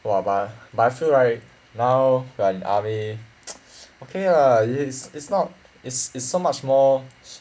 !wah! but I but I feel like now we are in army okay lah yo~ it's not it's so much more